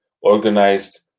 organized